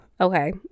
Okay